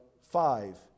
Five